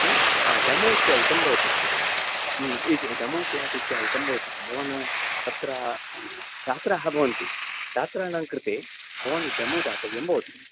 आ डेमो इत्यादिकं भवतु ह्म् डेमो क्लास् इत्यादिकं भवति भवान् अत्र छात्रः भवन्ति छात्राणां कृते भवान् डेमो दातव्यं भवति